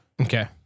Okay